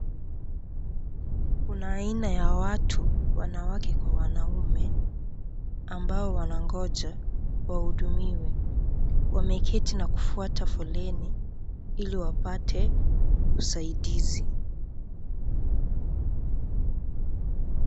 Kuna aina ya watu wanawake kwa wanaume ambao wanangoja wahudumiwe. Wameketi na kufuata foleni ili wapate usaidizi .